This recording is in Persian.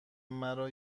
مرا